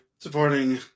Supporting